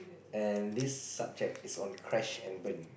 and this subject is on crash and burn